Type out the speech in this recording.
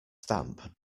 stamp